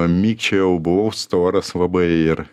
mikčiojau buvau storas labai ir